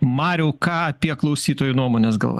mariau ką apie klausytojų nuomones gal